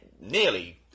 nearly